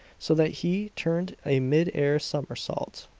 so that he turned a mid air somersault.